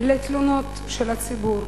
לתלונות של הציבור,